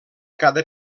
cada